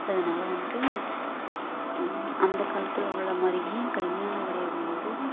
அதனால வந்து அந்த காலத்தில் உள்ள மாதிரியே கையால் வரைகிறது வந்து